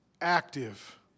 active